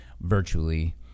virtually